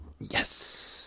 Yes